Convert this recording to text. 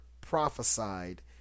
prophesied